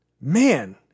man